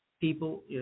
people